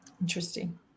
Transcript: interesting